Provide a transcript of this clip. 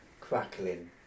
crackling